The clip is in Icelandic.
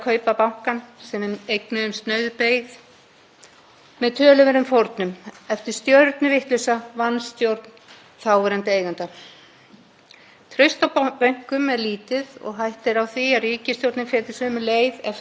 Traust á bönkum er lítið og hætta er á því að ríkisstjórnin feti sömu leið ef ferlið verður ekki gagnsærra. Það voru mikil mistök að mínu mati að selja jafn stóran hlut og raun ber vitni í lokuðu tilboðsferli.